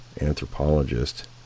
anthropologist